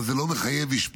אבל זה לא מחייב אשפוז,